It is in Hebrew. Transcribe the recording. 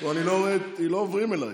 אני לא רואה, לא עוברים אליי.